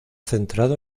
centrado